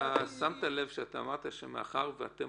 שמת לב שאמרת שאתם